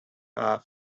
half